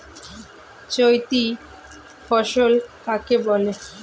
চৈতি ফসল কাকে বলে?